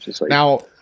Now